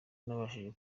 nabashije